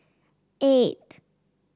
eight